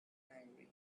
angry